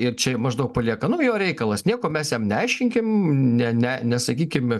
ir čia maždaug palieka nu jo reikalas nieko mes jam neaiškinkim ne ne nesakykim